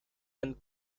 and